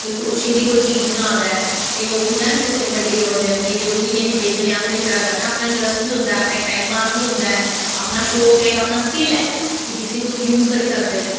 कोई क्रोशिये दी कोई चीज़ बना दा ऐ केंई लोग इयां कुसे गी बंडी ओड़े दे न जरूरी नी ऐ कि बेचनें आस्तै करना ऐ अपनैां इक इंट्रस्ट बी होंदा ऐ टाईम पैास बी होंदा ऐ अपना शौंक ऐ अपना स्किल ऐ कि जिसा तुस यूज़ करी सकदे न